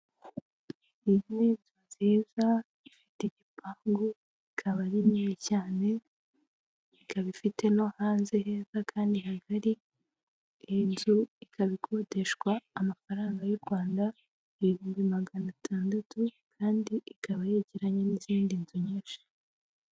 Iyi n'inzu ifite ifite igipangu ikaba ari nini cyane, ikaba ifite no hanze heza kandi hagari, iyi nzu ikaba ikodeshwa amafaranga y'u Rwanda ibihumbi magana atandatu, kandi ikaba yegeranye n'izindi nzu nyinshi.